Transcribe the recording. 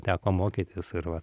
teko mokytis ir vat